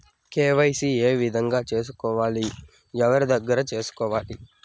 KYC ఏ విధంగా సేసుకోవాలి? ఎవరి దగ్గర సేసుకోవాలి?